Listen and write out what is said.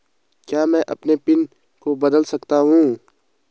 क्या मैं अपने पिन को बदल सकता हूँ?